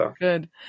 Good